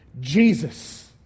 Jesus